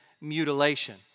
mutilation